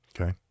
Okay